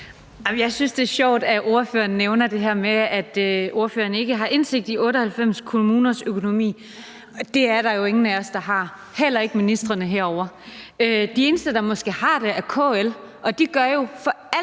Jeg synes, det er sjovt, at ordføreren nævner det her med, at ordføreren ikke har indsigt i 98 kommuners økonomi. Det er der jo ingen af os der har – heller ikke ministrene herovre. De eneste, der måske har det, er KL, og de gør jo alt